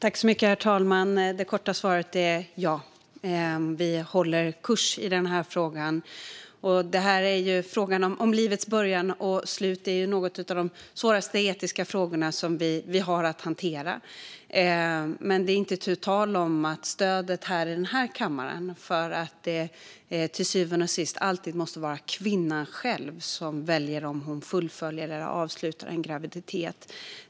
Herr talman! Det korta svaret är ja. Vi håller kursen i denna fråga. Frågorna om livets början och slut är några av de svåraste etiska frågorna som vi har att hantera. Men det är inte tu tal om stödet i denna kammare för att det till syvende och sist alltid måste vara kvinnan själv som väljer om hon fullföljer eller avslutar en graviditet.